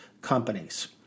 companies